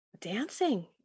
Dancing